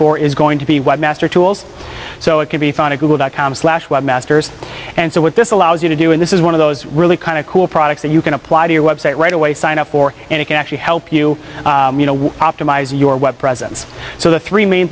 for is going to be webmaster tools so it can be found at google dot com slash web masters and so what this allows you to do and this is one of those really kind of cool products that you can apply to your website right away sign up for and it can actually help you you know optimize your web presence so the three main